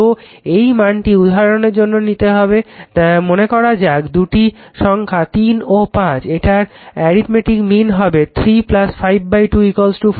তো এই মানটি উদাহরণের জন্য নিতে হবে মনে করা যাক দুটি সংখ্যা 3 ও 5 এটার অ্যারিতমেটিক মীন হবে 3524